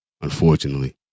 Unfortunately